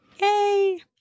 Yay